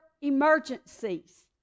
emergencies